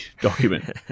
document